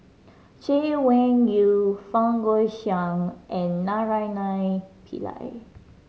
Chay Weng Yew Fang Guixiang and Naraina Pillai